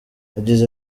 yagize